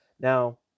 Now